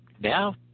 now